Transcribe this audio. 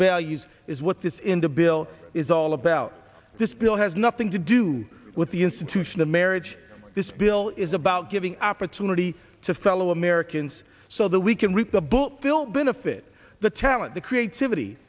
values is what this in the bill is all about this bill has nothing to do with the institution of marriage this bill is about giving opportunity to fellow americans so that we can reap the book film benefit the talent the creativity